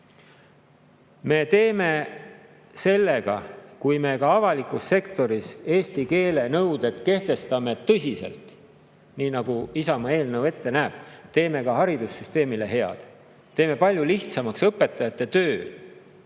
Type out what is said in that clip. Me teeme sellega, kui me ka avalikus sektoris eesti keele nõuded kehtestame, nii nagu Isamaa eelnõu ette näeb, ka haridussüsteemile head. Teeme palju lihtsamaks õpetajate töö,